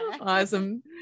Awesome